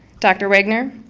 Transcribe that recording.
dr. wagner,